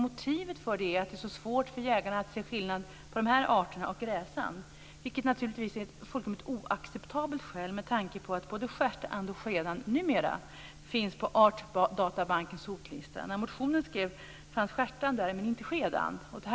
Motivet för det är att det är så svårt för jägarna att se skillnad på de här arterna och gräsand, vilket naturligtvis är ett fullkomligt oacceptabelt skäl med tanke på att både stjärtand och skedand numera finns på Artdatabankens hotlista. När motionen skrevs fanns stjärtand med där men inte skedand.